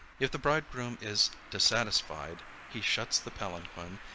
if the bridegroom is dissatisfied, he shuts the palanquin,